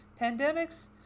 pandemics